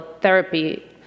therapy